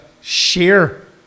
share